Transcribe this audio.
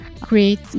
create